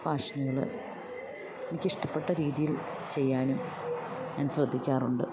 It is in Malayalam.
ഫാഷനുകൾ എനിക്കിഷ്ടപ്പെട്ട രീതിയിൽ ചെയ്യാനും ഞാൻ ശ്രദ്ധിക്കാറുണ്ട്